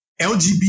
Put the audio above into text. LGBT